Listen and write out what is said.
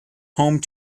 home